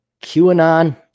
QAnon